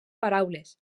paraules